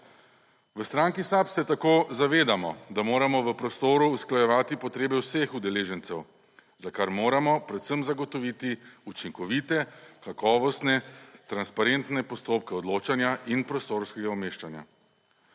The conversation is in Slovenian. V stranki SAB se tako zavedamo, da moramo v prostoru usklajevati potrebe vseh udeležencev za kar moramo predvsem zagotoviti učinkovite, kakovostne, transparentne postopke odločanja in prostorskega umeščanja.